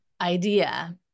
idea